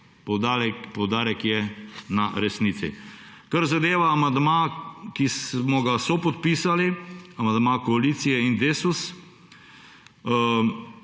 poudarek je na resnici. Kar zadeva amandma, ki smo ga sopodpisali, amandma koalicije in Desusa